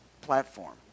platform